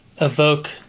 evoke